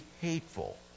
hateful